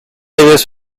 highways